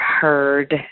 heard